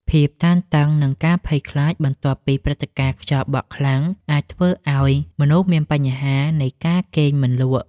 ភាពតានតឹង និងការភ័យខ្លាចបន្ទាប់ពីព្រឹត្តិការណ៍ខ្យល់បក់ខ្លាំងអាចធ្វើឱ្យមនុស្សមានបញ្ហានៃការគេងមិនលក់។